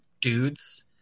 dudes